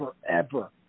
forever